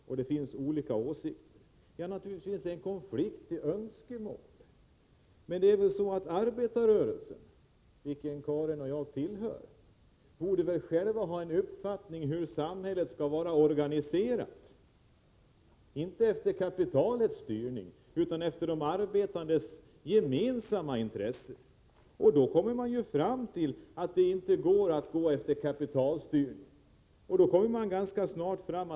Men det finns olika åsikter, och naturligtvis uppstår en konflikt mellan olika önskemål. Arbetar 61 rörelsen — vilken Karin Flodström och jag tillhör — borde väl själv ha en uppfattning om hur samhället bör vara organiserat, inte efter kapitalets styrning utan efter de arbetandes gemensamma intressen. Då kommer man fram till att det inte går att låta kapitalet styra.